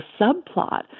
subplot